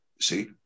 See